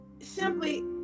Simply